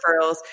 referrals